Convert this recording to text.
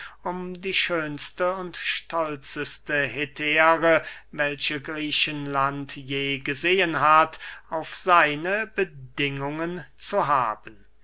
die schönste und stolzeste hetäre welche griechenland je gesehen hat auf seine bedingungen zu haben